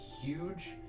huge